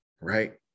right